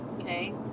okay